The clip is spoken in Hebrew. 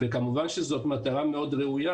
כמובן שזאת מטרה מאוד ראויה.